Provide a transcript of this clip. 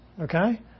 okay